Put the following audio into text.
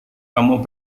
kamu